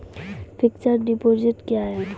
Fixed deposit क्या हैं?